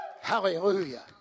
Hallelujah